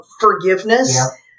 forgiveness